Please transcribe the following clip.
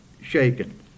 shaken